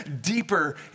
deeper